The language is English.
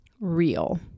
real